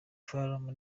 kalume